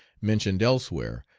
mentioned elsewhere,